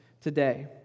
today